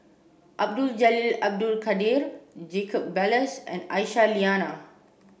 Abdul Jalil Abdul Kadir Jacob Ballas and Aisyah Lyana